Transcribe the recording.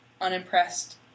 unimpressed